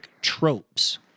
tropes